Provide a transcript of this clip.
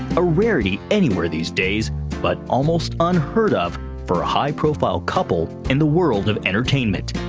a rarity anywhere these days but almost unheard of for a high profile couple in the world of entertainment.